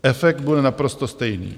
Efekt bude naprosto stejný.